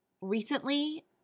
recently